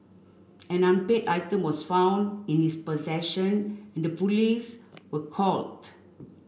an unpaid item was found in this possession and the police were called